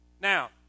Now